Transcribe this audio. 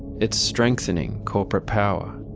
it's strengthening corporate power,